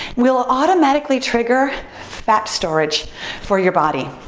will automatically trigger fat storage for your body.